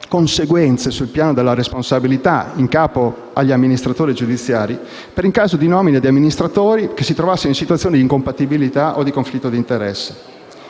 le conseguenze sul piano della responsabilità in capo agli amministratori giudiziari per il caso di nomina di amministratori che si trovassero in situazioni di incompatibilità o di conflitto d'interesse.